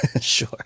Sure